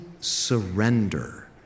surrender